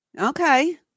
Okay